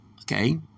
Okay